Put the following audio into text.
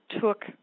took